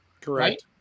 Correct